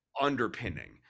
underpinning